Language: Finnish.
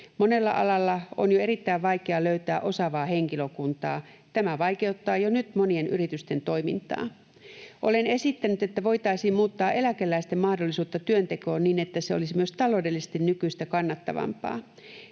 Monella alalla on jo erittäin vaikea löytää osaavaa henkilökuntaa. Tämä vaikeuttaa jo nyt monien yritysten toimintaa. Olen esittänyt, että voitaisiin muuttaa eläkeläisten mahdollisuutta työntekoon niin, että se olisi myös taloudellisesti nykyistä kannattavampaa.